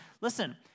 listen